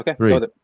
Okay